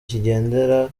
kigendera